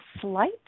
slight